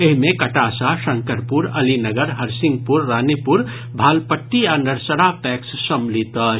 एहि मे कटासा शंकरपुर अलीनगर हरसिंगपुर रानीपुर भालपट्टी आ नरसरा पैक्स सम्मिलित अछि